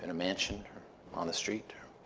in a mansion or on the street or